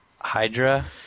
Hydra